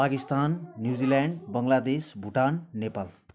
Pakistan New Zealand Bangladesh Bhutan Nepal